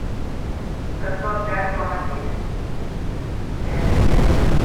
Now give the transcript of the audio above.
kas nors gali pamatyti tęsė fiesta